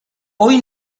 hoy